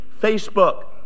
Facebook